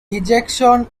ejection